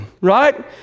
Right